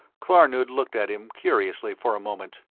klarnood looked at him curiously for a moment.